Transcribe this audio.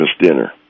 dinner